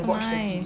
nice